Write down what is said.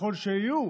ככל שיהיו,